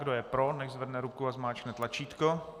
Kdo je pro, nechť zvedne ruku a zmáčkne tlačítko.